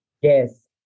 Yes